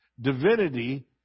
divinity